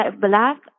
black